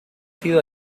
sido